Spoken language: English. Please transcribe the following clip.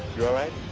you alright?